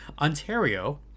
Ontario